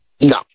no